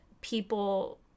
people